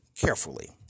carefully